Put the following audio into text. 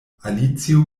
alicio